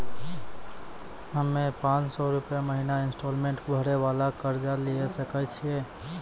हम्मय पांच सौ रुपिया महीना इंस्टॉलमेंट भरे वाला कर्जा लिये सकय छियै?